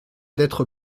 d’être